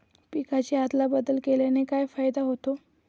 पिकांची अदला बदल केल्याने काय फायदा होतो?